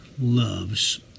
loves